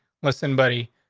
listen, buddy,